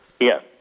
Yes